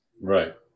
Right